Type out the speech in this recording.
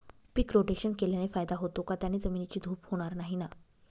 पीक rotation केल्याने फायदा होतो का? त्याने जमिनीची धूप होणार नाही ना?